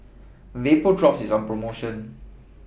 Vapodrops IS on promotion